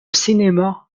cinéma